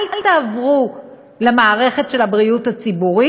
אל תעברו למערכת של הבריאות הפרטית.